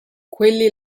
quelli